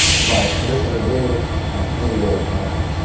but this is a very handy way of